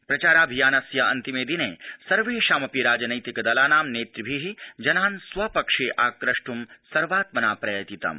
प्रचाराभियानस्य अन्तिमे दिने सर्वेषामपि राजनैतिक दलानां नेतृभि जनान् स्व पक्षे आक्रष् सर्वात्मना प्रयतितम्